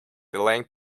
delaying